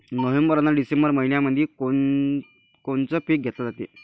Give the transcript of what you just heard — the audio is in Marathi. नोव्हेंबर अन डिसेंबर मइन्यामंधी कोण कोनचं पीक घेतलं जाते?